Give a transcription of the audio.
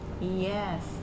Yes